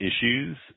issues